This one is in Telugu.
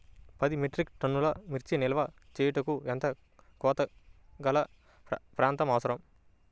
పది మెట్రిక్ టన్నుల మిర్చి నిల్వ చేయుటకు ఎంత కోలతగల ప్రాంతం అవసరం?